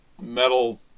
metal